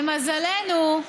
למזלנו,